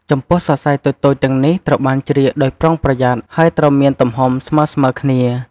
ចំពោះសរសៃតូចៗទាំងនេះត្រូវបានជ្រៀកដោយប្រុងប្រយ័ត្ន ហើយត្រូវមានទំហំស្មើៗគ្នា។